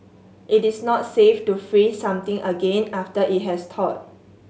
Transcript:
it is not safe to freeze something again after it has thawed